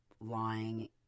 lying